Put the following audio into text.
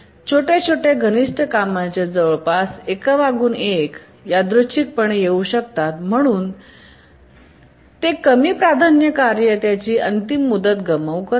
छोट्या छोट्याही घनिष्ट कामे जवळपास एकामागून एक रैन्डमली येऊ शकते म्हणून त्यामुळे ते कमी प्राधान्य कार्ये त्यांची अंतिम मुदत गमावू करेल